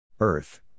Earth